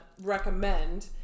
recommend